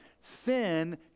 sin